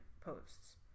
posts